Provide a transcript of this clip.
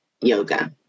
yoga